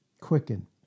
quicken